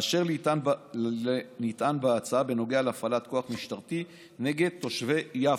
באשר לנטען בהצעה בנוגע להפעלת כוח משטרתי נגד תושבי יפו,